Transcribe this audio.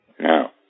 Now